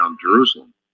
Jerusalem